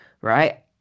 right